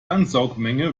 ansaugmenge